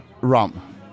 rum